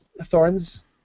Thorns